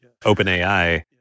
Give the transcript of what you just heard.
OpenAI